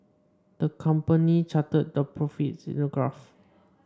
the company charted their profits in a graph